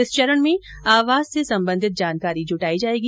इस चरण में आवास से संबंधित जानकारी जुटाई जाएगी